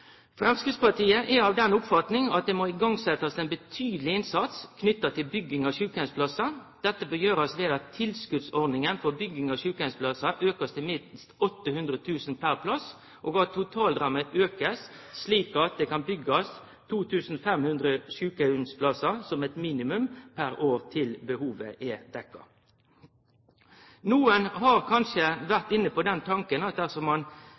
for hjelp nødvendigvis bli resultatet. Framstegspartiet er av den oppfatning at ein betydeleg innsats må bli sett i gang for bygging av sjukeheimsplassar. Dette bør gjerast ved at tilskotsordninga for bygging av sjukeheimsplassar blir auka til minst 800 000 kr per plass, og at totalramma blir auka, slik at det kan byggjast 2 500 sjukeheimsplassar som eit minimum per år til behovet er dekt. Nokon har kanskje vore inne på den tanken at